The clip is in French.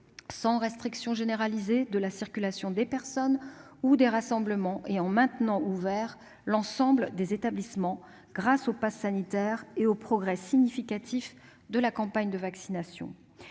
sans restriction généralisée de la circulation des personnes ou des rassemblements et en maintenant ouverts l'ensemble des établissements, et ce grâce au passe sanitaire et aux progrès significatifs de la campagne de vaccination.